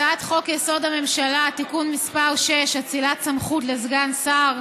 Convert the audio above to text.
הצעת חוק-יסוד: הממשלה (תיקון מס' 6) (אצילת סמכות לסגן שר),